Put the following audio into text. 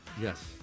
Yes